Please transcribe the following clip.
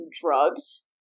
drugs